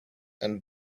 and